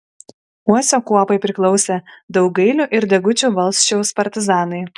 uosio kuopai priklausė daugailių ir degučių valsčiaus partizanai